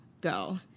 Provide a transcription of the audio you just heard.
go